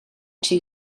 two